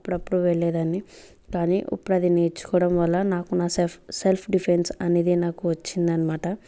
అప్పుడప్పుడు వెళ్ళేదాన్ని కానీ ఇప్పుడు అది నేర్చుకోవడం వల్ల నాకు నా సెల్ఫ్ సెల్ఫ్ డిఫెన్స్ అనేదే నాకు వచ్చింది అనమాట